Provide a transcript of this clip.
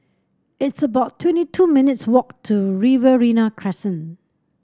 it's about twenty two minutes' walk to Riverina Crescent